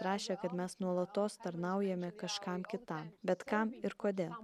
rašė kad mes nuolatos tarnaujame kažkam kitam bet kam ir kodėl